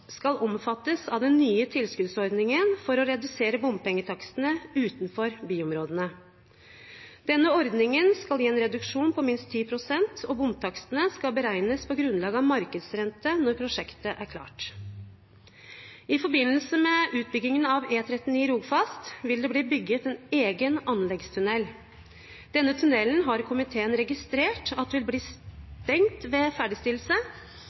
omfattes av den nye tilskuddsordningen for å redusere bompengetakstene utenfor byområdene. Denne ordningen skal gi en reduksjon på minst 10 pst., og bomtakstene skal beregnes på grunnlag av markedsrente når prosjektet er klart. I forbindelse med utbyggingen av E39 Rogfast vil det bli bygd en egen anleggstunnel. Denne tunnelen har komiteen registrert at vil bli stengt ved ferdigstillelse.